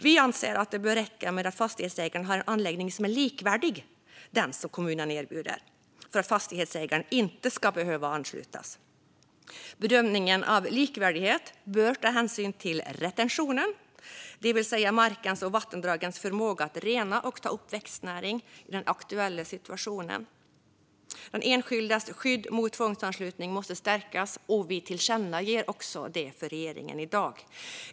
Vi anser att det bör räcka med att fastighetsägaren har en anläggning som är likvärdig den som kommunen erbjuder för att fastighetsägaren inte ska behöva anslutas. Bedömningen av likvärdighet bör ta hänsyn till retentionen, det vill säga markens och vattendragens förmåga att rena och ta upp växtnäring i den aktuella situationen. Den enskildas skydd mot tvångsanslutning måste stärkas, och vi kommer att tillkännage det för regeringen i dag.